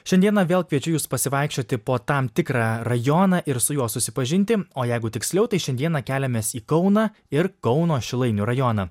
šiandieną vėl kviečiu jus pasivaikščioti po tam tikrą rajoną ir su juo susipažinti o jeigu tiksliau tai šiandieną keliamės į kauną ir kauno šilainių rajoną